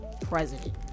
president